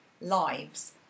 lives